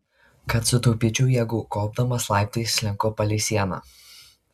kad sutaupyčiau jėgų kopdamas laiptais slenku palei sieną